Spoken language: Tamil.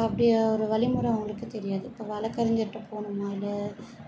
அப்படி அவர் வழிமுற அவங்களுக்கு தெரியாது இப்போ வழக்கறிஞர்ட்ட போகணும்னாலு